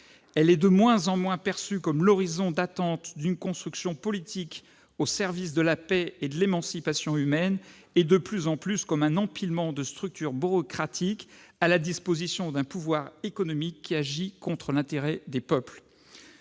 Elle est de moins en moins perçue comme l'horizon d'attente d'une construction politique au service de la paix et de l'émancipation humaine et de plus en plus comme un empilement de structures bureaucratiques à la disposition d'un pouvoir économique qui agit contre l'intérêt des peuples.